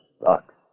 sucks